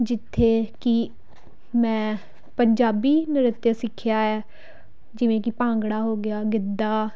ਜਿੱਥੇ ਕਿ ਮੈਂ ਪੰਜਾਬੀ ਨ੍ਰਿੱਤਯ ਸਿੱਖਿਆ ਹੈ ਜਿਵੇਂ ਕਿ ਭੰਗੜਾ ਹੋ ਗਿਆ ਗਿੱਧਾ